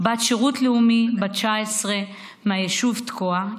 בת שירות לאומי בת 19 מהיישוב תקוע,